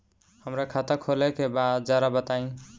हमरा खाता खोले के बा जरा बताई